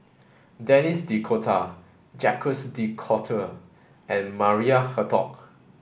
Denis D'Cotta Jacques de Coutre and Maria Hertogh